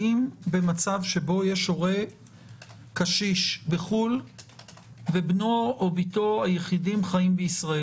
האם במצב שבו יש הורה קשיש בחו"ל ובנו או בתו היחידים חיים בישראל,